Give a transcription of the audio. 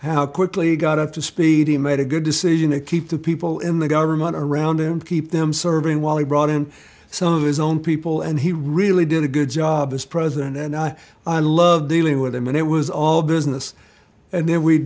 how quickly he got up to speed he made a good decision to keep the people in the government around him keep them serving while he brought in some of his own people and he really did a good job as president then i i love dealing with him and it was all business and then we